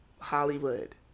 Hollywood